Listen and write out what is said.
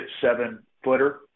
seven-footer